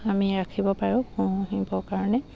আমি ৰাখিব পাৰোঁ পুহিবৰ কাৰণে